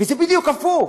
וזה בדיוק הפוך.